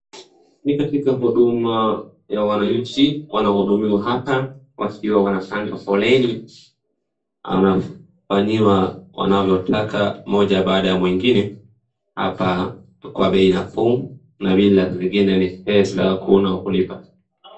Ni katika huduma ya wananchi, wanahudumiwa hapa wakiwawanapanga foleni, anafanyiwa wanavyotaka mmoja baada ya mwingine hapa kwa bei nafuu na vile vitu vingine vya pesa hakuna kulipa.